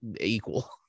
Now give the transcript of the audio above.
equal